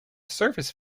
surface